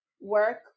work